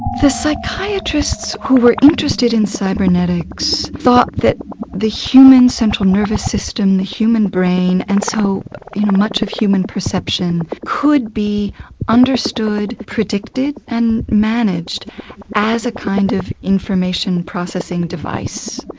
the psychiatrists who were interested in cybernetics thought that the human central nervous system, the human brain and so much of human perception could be understood, predicted and managed as a kind of information processing device,